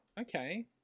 okay